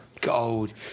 Gold